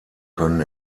können